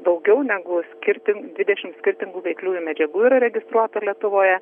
daugiau negu skirti dvidešimt skirtingų veikliųjų medžiagų yra registruota lietuvoje